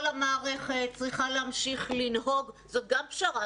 כל המערכת צריכה להמשיך לנהוג זו גם פשרה,